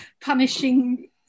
punishing